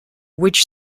which